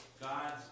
God's